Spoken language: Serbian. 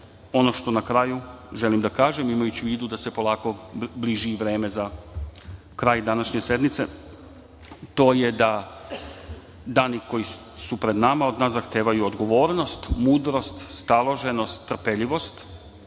što na kraju želim da kažem imajući u vidu da se polako bliži i vreme za kraj današnje sednice to je da dani koji su pred nama od nas zahtevaju odgovornost, mudrost, staloženost, trpeljivost,